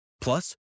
Plus